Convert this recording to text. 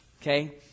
Okay